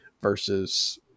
versus